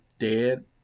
Dead